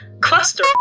Cluster